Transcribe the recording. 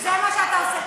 זה מה שאתה עושה.